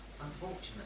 Unfortunately